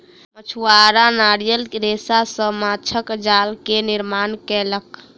मछुआरा नारियल रेशा सॅ माँछक जाल के निर्माण केलक